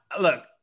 look